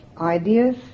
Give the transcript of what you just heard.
ideas